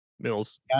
Mills